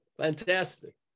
fantastic